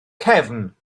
cefn